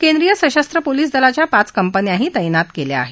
केंद्रीय सशस्त्र पोलीस दलाच्या पाच कंपन्याही तैनात केल्या आहेत